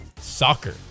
Soccer